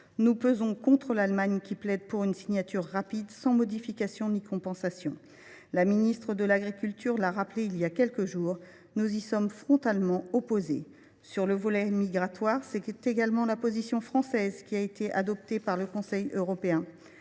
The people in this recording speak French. Nous pesons contre l’Allemagne, qui plaide pour une signature rapide, sans modification ni compensation. La ministre de l’agriculture l’a rappelé il y a quelques jours : nous sommes frontalement opposés à cet accord. Sur le volet migratoire, c’est également la position française qui a été adoptée par le Conseil européen.